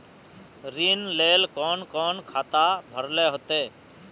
ऋण लेल कोन कोन खाता भरेले होते?